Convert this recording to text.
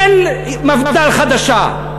אין מפד"ל חדשה.